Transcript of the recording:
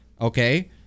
Okay